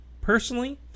personally